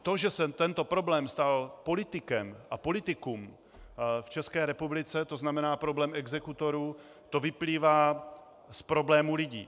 To, že se tento problém stal politikem a politikum v České republice, to znamená problém exekutorů, to vyplývá z problémů lidí.